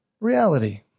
reality